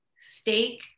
steak